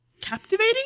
Captivating